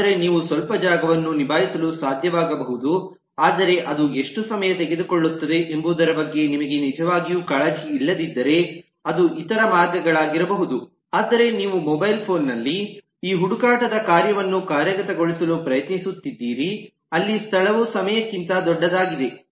ಆದರೆ ನೀವು ಸ್ವಲ್ಪ ಜಾಗವನ್ನು ನಿಭಾಯಿಸಲು ಸಾಧ್ಯವಾಗಬಹುದು ಆದರೆ ಅದು ಎಷ್ಟು ಸಮಯ ತೆಗೆದುಕೊಳ್ಳುತ್ತದೆ ಎಂಬುದರ ಬಗ್ಗೆ ನಿಮಗೆ ನಿಜವಾಗಿಯೂ ಕಾಳಜಿ ಇಲ್ಲದಿದ್ದರೆ ಅದು ಇತರ ಮಾರ್ಗಗಳಾಗಿರಬಹುದು ಆದರೆ ನೀವು ಮೊಬೈಲ್ ಫೋನ್ ನಲ್ಲಿ ಈ ಹುಡುಕಾಟದ ಕಾರ್ಯವನ್ನು ಕಾರ್ಯಗತಗೊಳಿಸಲು ಪ್ರಯತ್ನಿಸುತ್ತಿದ್ದೀರಿ ಅಲ್ಲಿ ಸ್ಥಳವು ಸಮಯಕ್ಕಿಂತ ದೊಡ್ಡದಾಗಿದೆ